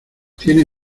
tienes